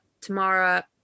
Tamara